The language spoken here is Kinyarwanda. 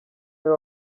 niwe